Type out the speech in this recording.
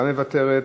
גם מוותרת,